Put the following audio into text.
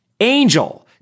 angel